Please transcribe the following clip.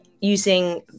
using